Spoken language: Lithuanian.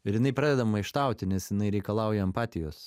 ir jinai pradeda maištauti nes jinai reikalauja empatijos